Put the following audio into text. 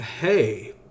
Hey